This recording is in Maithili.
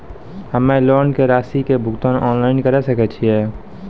हम्मे लोन के रासि के भुगतान ऑनलाइन करे सकय छियै?